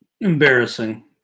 embarrassing